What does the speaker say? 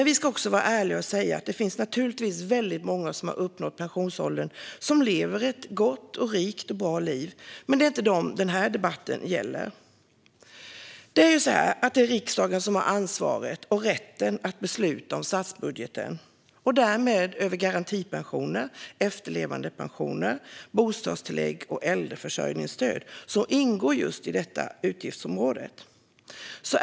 Vi ska också vara ärliga och säga att det finns väldigt många som uppnått pensionsåldern som lever ett gott och rikt liv, men det är inte dem som den här debatten gäller. Det är riksdagen som har ansvaret och rätten att besluta om statsbudgeten och därmed om garantipensioner, efterlevandepensioner, bostadstillägg och äldreförsörjningsstöd, som ingår i detta utgiftsområde.